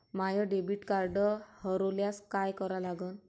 माय debit card हरोल्यास काय करा लागन?